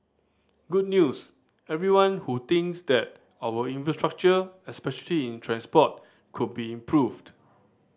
good news everyone who thinks that our infrastructure especially in transport could be improved